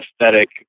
aesthetic